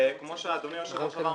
וכמו שאדוני היושב ראש אמר מקודם,